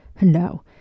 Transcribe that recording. No